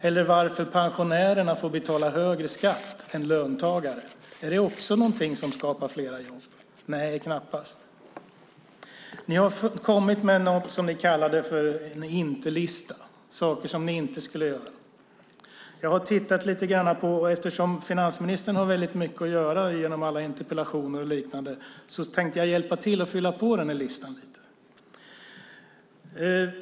Varför får pensionärer betala högre skatt än löntagare? Är det också någonting som skapar fler jobb? Nej, knappast. Ni har kommit med något som ni kallar för en inte-lista. Det är saker som ni inte skulle göra. Eftersom finansministern har mycket att göra i och med alla interpellationer och liknande tänkte jag hjälpa till med att fylla på den här listan lite.